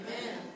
amen